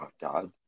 God